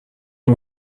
اون